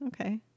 okay